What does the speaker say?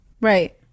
Right